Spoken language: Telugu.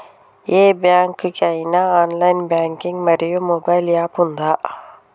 ఏ బ్యాంక్ కి ఐనా ఆన్ లైన్ బ్యాంకింగ్ మరియు మొబైల్ యాప్ ఉందా?